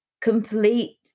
complete